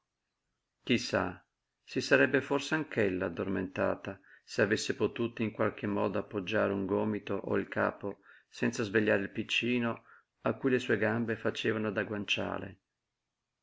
sa si sarebbe forse anch'ella addormentata se avesse potuto in qualche modo appoggiare un gomito o il capo senza svegliare il piccino a cui le sue gambe facevano da guanciale